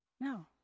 No